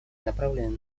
направленные